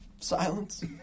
silence